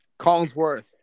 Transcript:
Collinsworth